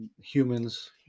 humans